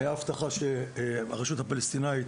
והייתה הבטחה שהרשות הפלסטינאית,